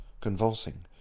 convulsing